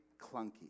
clunky